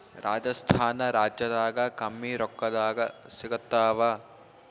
ರಾಜಸ್ಥಾನ ರಾಜ್ಯದಾಗ ಕಮ್ಮಿ ರೊಕ್ಕದಾಗ ಸಿಗತ್ತಾವಾ?